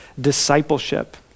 discipleship